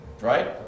right